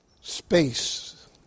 space